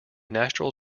natural